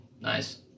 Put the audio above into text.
Nice